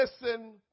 listen